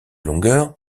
longueur